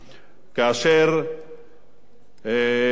אני רוצה להגיד לך, אדוני היושב-ראש,